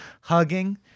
hugging